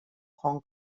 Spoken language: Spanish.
hong